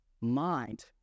mind